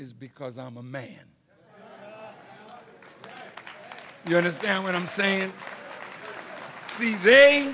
is because i'm a man you understand what i'm saying